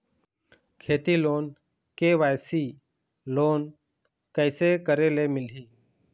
खेती loan KYC loan कइसे करे ले मिलही?